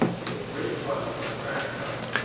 made a great fuss with his rag cuffs,